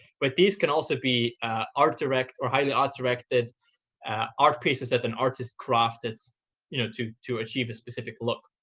but these can also be art direct or highly art directed art pieces that an artist crafted you know to to achieve a specific look.